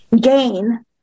gain